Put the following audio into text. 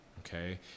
Okay